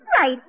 Right